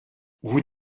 vous